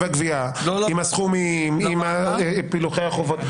עם פילוחי החובות.